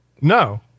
No